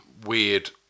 Weird